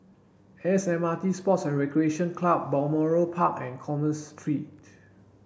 S M R T Sports and Recreation Club Balmoral Park and Commerce Street